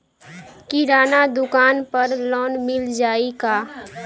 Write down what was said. किराना दुकान पर लोन मिल जाई का?